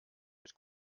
mit